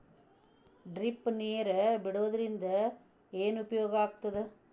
Drip ನೇರ್ ಬಿಡುವುದರಿಂದ ಏನು ಉಪಯೋಗ ಆಗ್ತದ?